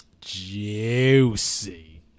Juicy